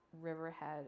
Riverhead